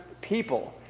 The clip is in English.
people